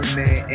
man